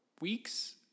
weeks